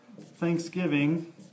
thanksgiving